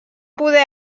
poder